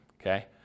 Okay